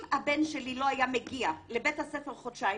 אם הבן שלי לא היה מגיע לבית הספר חודשיים,